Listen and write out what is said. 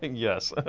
yes,